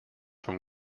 from